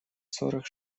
сорок